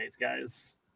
guys